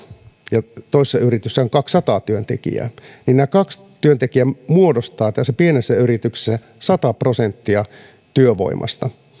ja toisessa yrityksessä on kaksisataa työntekijää niin nämä kaksi työntekijää muodostavat tässä pienessä yrityksessä sata prosenttia työvoimasta